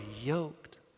yoked